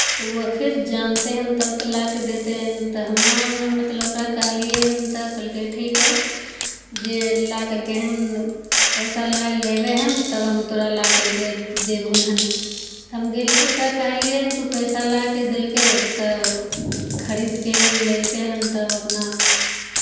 तऽ ओ फिर जानिते हन तब तऽ लाइ कऽ देतै हन तऽ हमरा नहि मतलब ओकरा कहलियै हन तऽ कहलकै ठीक हइ जे ला करि कऽ हन पैसा लऽ लेबै हन तब हम तोरा ला करि कऽ देबहौ हन तऽ हम गेली ओकरा कहलियै हन तऽ ओ पैसा लाइ कऽ देलकै तऽ खरीद कऽ हन लेलकै हन तब अपना